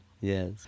Yes